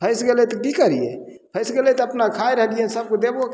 फसि गेलय तऽ कि करियै फसि गेलय तऽ अपना खाइ रहलियै सबके देबो